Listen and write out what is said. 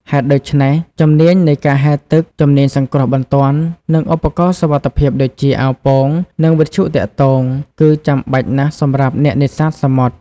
ហេតុដូច្នេះ ជំនាញនៃការហែលទឹក ជំនាញសង្គ្រោះបន្ទាន់ និងឧបករណ៍សុវត្ថិភាពដូចជា អាវពោង និងវិទ្យុទាក់ទង គឺចាំបាច់ណាស់សម្រាប់អ្នកនេសាទសមុទ្រ។